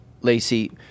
Lacey